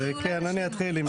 אני אתחיל ואז אחרים.